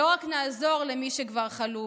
ולא רק נעזור למי שכבר חלו.